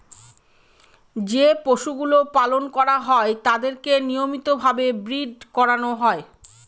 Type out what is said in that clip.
যে পশুগুলো পালন করা হয় তাদেরকে নিয়মিত ভাবে ব্রীড করানো হয়